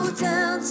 down